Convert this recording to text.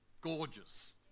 gorgeous